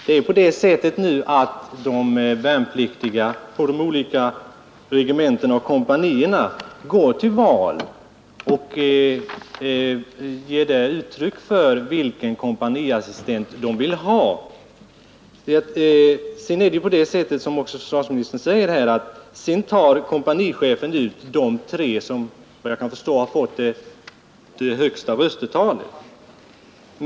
Det är nu på det sättet att de värnpliktiga vid de olika regementena och kompanierna går till val och ger där uttryck för vilken kompaniassistent de vill ha. Sedan tar, som försvarsministern också säger här, kompanichefen ut de tre som, efter vad jag kan förstå, har fått det högsta röstetalet.